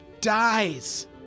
dies